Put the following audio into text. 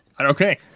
Okay